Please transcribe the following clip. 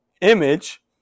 image